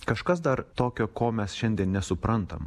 kažkas dar tokio ko mes šiandien nesuprantam